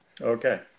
Okay